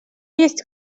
есть